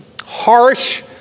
harsh